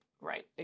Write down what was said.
right